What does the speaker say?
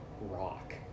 rock